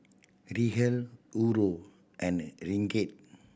Riel Euro and Ringgit